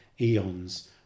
Eons